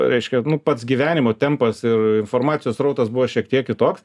reiškia nu pats gyvenimo tempas ir informacijos srautas buvo šiek tiek kitoks